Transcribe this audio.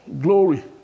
Glory